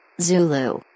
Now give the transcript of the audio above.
Zulu